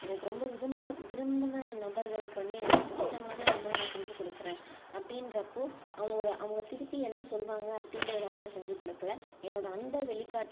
எனக்கு ரொம்ப விரும்ப விரும்பின நபர்களுக்கு வந்து எனக்கு பிடிச்சமான உணவை நான் செஞ்சு கொடுக்குறேன் அப்படின்றப்போ அவங்களை அவங்க திருப்பி என்ன சொல்வாங்க அப்படின்றத்துக்காக நான் செஞ்சு கொடுக்கல என்னோட அன்பை வெளிக்காட்